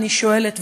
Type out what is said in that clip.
אני שואלת,